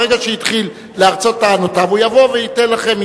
ברגע שהתחיל להרצות טענותיו הוא יבוא וייתן לכם,